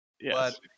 yes